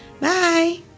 bye